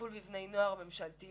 200 בני נוער המתינו